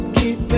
keep